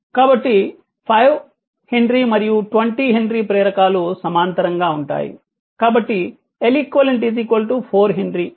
కాబట్టి 5 హెన్రీ మరియు 20 హెన్రీ ప్రేరకాలు సమాంతరంగా ఉంటాయి కాబట్టి Leq 4 హెన్రీ